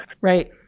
Right